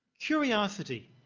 curiosity